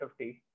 50